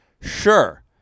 Sure